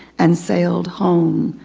and sailed home.